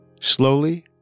Slowly